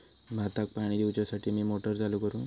भाताक पाणी दिवच्यासाठी मी मोटर चालू करू?